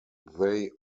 they